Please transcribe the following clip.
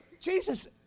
Jesus